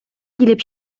килеп